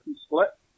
split